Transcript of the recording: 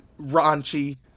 raunchy